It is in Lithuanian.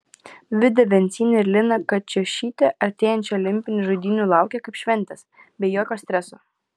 vida vencienė ir lina kačiušytė artėjančių olimpinių žaidynių laukia kaip šventės be jokio streso